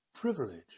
privilege